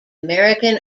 american